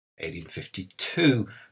1852